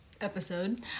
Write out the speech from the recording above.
episode